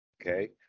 Okay